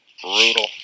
Brutal